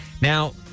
Now